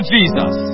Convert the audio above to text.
Jesus